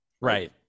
right